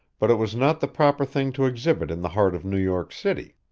but it was not the proper thing to exhibit in the heart of new york city.